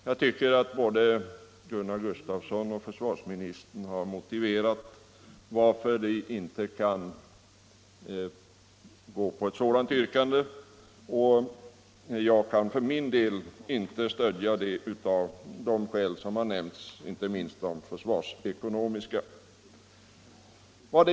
Både Gunnar Gustafsson i Uddevalla och försvarsministern har förklarat varför detta inte är möjligt. Jag kan för min del inte stödja reservationen av de skäl som nämnts, inte minst de försvarsekonomiska.